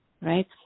right